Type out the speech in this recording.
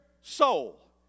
soul